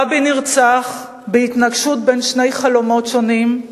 רבין נרצח בהתנגשות בין שני חלומות שונים,